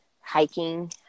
hiking